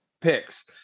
picks